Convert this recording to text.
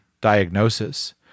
diagnosis